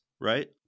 right